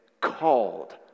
called